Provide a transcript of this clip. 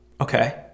Okay